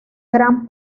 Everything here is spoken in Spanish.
gran